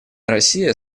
россия